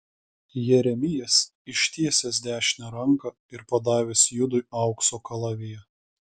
jeremijas ištiesęs dešinę ranką ir padavęs judui aukso kalaviją